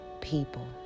people